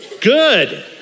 Good